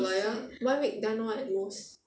the lawyer one week done lor at most